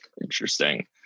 interesting